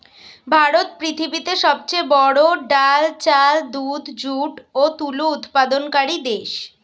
ভারত পৃথিবীতে সবচেয়ে বড়ো ডাল, চাল, দুধ, যুট ও তুলো উৎপাদনকারী দেশ